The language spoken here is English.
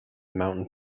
mountain